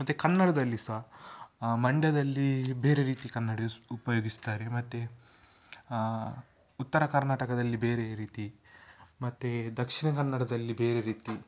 ಮತ್ತು ಕನ್ನಡದಲ್ಲಿ ಸಹ ಮಂಡ್ಯದಲ್ಲಿ ಬೇರೆ ರೀತಿ ಕನ್ನಡ ಉಪಯೋಗಿಸ್ತಾರೆ ಮತ್ತು ಉತ್ತರ ಕರ್ನಾಟಕದಲ್ಲಿ ಬೇರೆ ರೀತಿ ಮತ್ತು ದಕ್ಷಿಣ ಕನ್ನಡದಲ್ಲಿ ಬೇರೆ ರೀತಿ